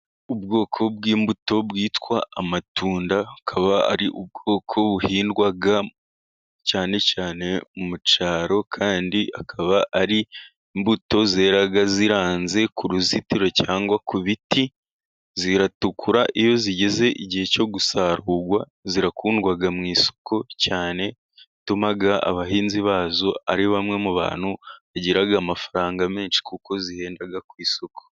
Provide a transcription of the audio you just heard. Ubwoko bw'imbuto bwitwa amatunda akaba ari ubwoko buhingwa cyane cyane mu cyaro, kandi akaba ari imbuto zera ziranze ku ruzitiro cyangwa ku biti, ziratukura iyo zigeze igihe cyo gusarurwa, zirakundwa mu masoko cyane atuma abahinzi bazo ari bamwe mu bantu bagira amafaranga menshi kuko zihenda ku isoko.